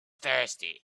thirsty